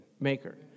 maker